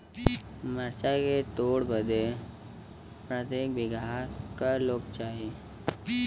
मरचा के तोड़ बदे प्रत्येक बिगहा क लोग चाहिए?